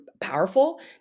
powerful